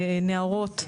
נערות,